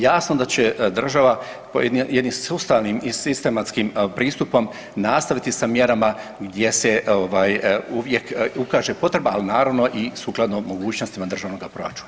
Jasno da će država jednim sustavnim i sistematskim pristupom nastaviti sa mjerama gdje se uvijek ukaže potreba, ali naravno i sukladno mogućnostima državnoga proračuna.